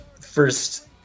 first